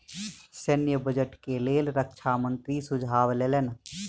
सैन्य बजट के लेल रक्षा मंत्री सुझाव लेलैन